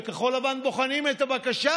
וכחול לבן בוחנים את הבקשה,